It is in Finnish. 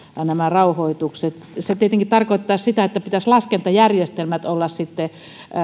nämä rauhoitukset se tietenkin tarkoittaisi sitä että pitäisi laskentajärjestelmien olla sitten